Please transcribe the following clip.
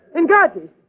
Engage